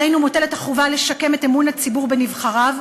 עלינו מוטלת החובה לשקם את אמון הציבור בנבחריו,